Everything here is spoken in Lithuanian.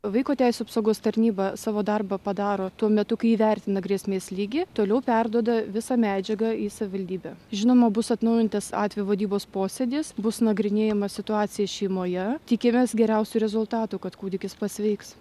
vaiko teisių apsaugos tarnyba savo darbą padaro tuo metu kai įvertina grėsmės lygį toliau perduoda visą medžiagą į savivaldybę žinoma bus atnaujintas atvejo vadybos posėdis bus nagrinėjama situacija šeimoje tikimės geriausių rezultatų kad kūdikis pasveiks